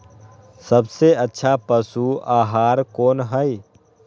सबसे अच्छा पशु आहार कोन हई?